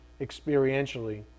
experientially